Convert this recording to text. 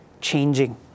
changing